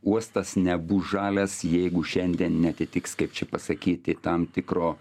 uostas nebus žalias jeigu šiandien neatitiks kaip čia pasakyti tam tikro